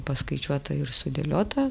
paskaičiuota ir sudėliota